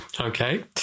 Okay